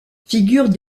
figurent